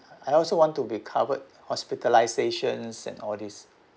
I also want to be covered hospitalisation and all these